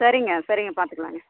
சரிங்க சரிங்க பார்த்துக்கலாங்க